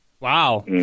Wow